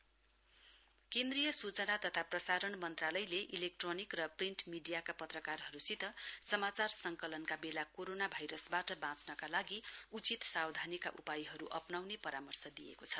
आइ N B ministry journalist केन्द्रीय सूचना तथा प्रसारण मन्त्रालयले इलेक्ट्रोनिक र प्रिन्ट मीडियाका पत्रकारहरूसित समाचार संकलनका बेला कोरोना भाइरसबाट बाँच्नका लागि उचित सावधानीका उपायहरू अप्नाउने परामर्श दिएको छ